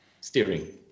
steering